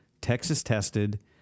Texas-tested